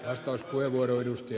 arvoisa puhemies